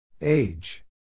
Age